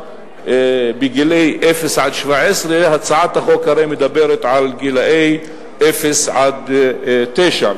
בני אפס עד 17. הצעת החוק הרי מדברת על גילאי אפס עד תשע,